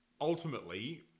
ultimately